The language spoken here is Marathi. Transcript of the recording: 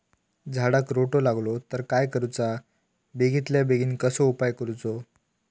झाडाक रोटो लागलो तर काय करुचा बेगितल्या बेगीन कसलो उपाय करूचो?